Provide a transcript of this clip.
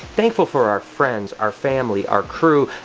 thankful for our friends, our family, our crew.